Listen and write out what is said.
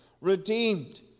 redeemed